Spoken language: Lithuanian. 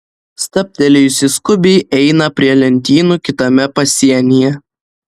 stabtelėjusi skubiai eina prie lentynų kitame pasienyje